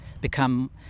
become